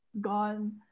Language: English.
gone